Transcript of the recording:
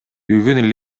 бүгүн